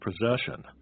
possession